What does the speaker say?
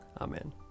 Amen